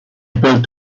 built